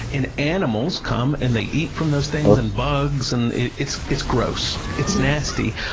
and animals come and they eat from those things, and bugs, and it's it's gross, it's nasty.